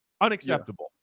Unacceptable